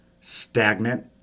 stagnant